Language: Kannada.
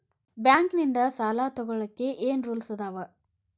ಬ್ಯಾಂಕ್ ನಿಂದ್ ಸಾಲ ತೊಗೋಳಕ್ಕೆ ಏನ್ ರೂಲ್ಸ್ ಅದಾವ?